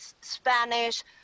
Spanish